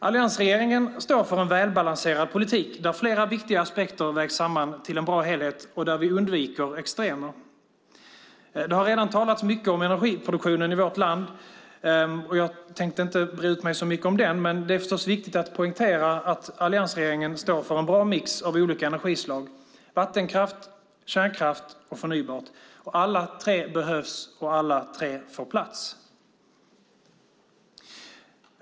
Alliansregeringen står för en välbalanserad politik där flera viktiga aspekter vägs samman till en bra helhet och där vi undviker extremer. Det har redan talats mycket om energiproduktionen i vårt land. Jag tänkte inte bre ut mig så mycket om den, men det är förstås viktigt att poängtera att alliansregeringen står för en bra mix av olika energislag - vattenkraft, kärnkraft och förnybart. Alla tre behövs, och alla tre får plats.